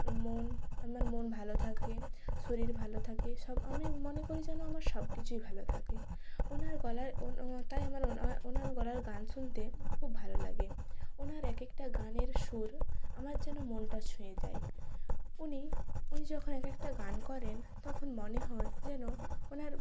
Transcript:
মন আমার মন ভালো থাকে শরীর ভালো থাকে সব আমি মনে করি যেন আমার সব কিছুই ভালো থাকে ওনার গলার তাই আমার ওনার গলার গান শুনতে খুব ভালো লাগে ওনার এক একটা গানের সুর আমার যেন মনটা ছুঁয়ে যায় উনি উনি যখন এক একটা গান করেন তখন মনে হয় যেন ওনার